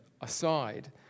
aside